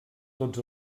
tots